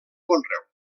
conreu